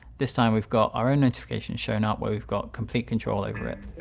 this time we've got our own notification showing up where we've got complete control over it.